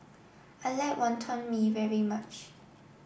I like Wonton Mee very much